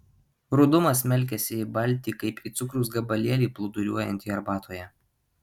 rudumas smelkiasi į baltį kaip į cukraus gabalėlį plūduriuojantį arbatoje